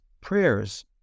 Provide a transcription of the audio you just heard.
prayers